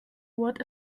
what